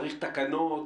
צריך תקנות?